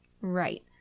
Right